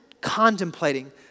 contemplating